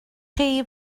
chi